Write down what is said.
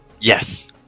Yes